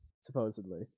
supposedly